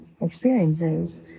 experiences